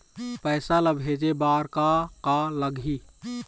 पैसा ला भेजे बार का का लगही?